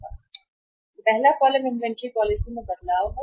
पहला column inventory policy में बदलाव इन्वेंट्री पॉलिसी में बदलाव है